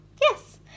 Yes